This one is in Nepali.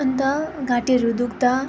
अन्त घाटीहरू दुख्दा